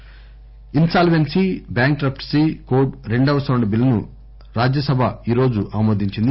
bill insolvency bankruptcy code రెండవ సవరణ బిల్లును రాజ్యసభ ఈ రోజు ఆమోదించింది